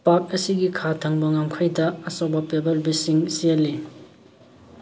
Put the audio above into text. park ꯑꯁꯤꯒꯤ ꯈꯥ ꯊꯪꯕ ꯉꯝꯈꯩꯗ ꯑꯆꯧꯕ ꯄꯦꯕꯜ ꯕꯤꯆ ꯁꯤꯡ ꯆꯦꯜꯂꯤ